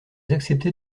acceptez